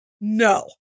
No